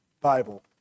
Bible